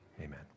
Amen